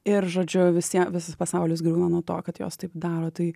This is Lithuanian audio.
ir žodžiu visie visas pasaulis griūna nuo to kad jos taip daro tai